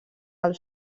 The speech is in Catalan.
del